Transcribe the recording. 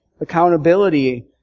accountability